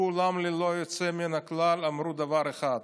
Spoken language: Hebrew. כולם ללא יוצא מן הכלל אמרו דבר אחד: